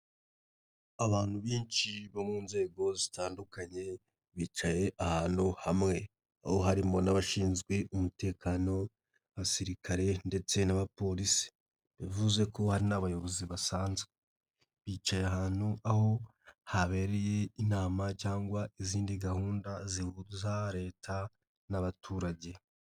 Abantu benshi bo mu nzego zitandukanye bicaye ahantu hamwe, ho harimo n'abashinzwe umutekano, abasirikare ndetse n'abapolisi, bivuze ko hari abayobozi basanzwe bicaye ahantu, aho habereye inama cyangwa izindi gahunda zihuza Leta n'abaturage.